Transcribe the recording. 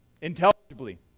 intelligibly